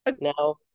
Now